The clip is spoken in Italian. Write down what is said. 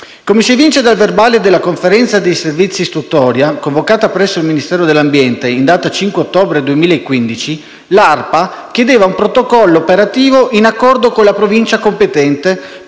Come si evince dal verbale della Conferenza dei servizi istruttoria, convocata presso il Ministero dell'ambiente in data 5 ottobre 2015, l'ARPA chiedeva un protocollo operativo in accordo con la Provincia competente